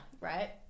Right